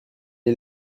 est